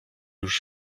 już